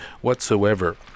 whatsoever